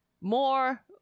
more